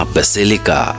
Basilica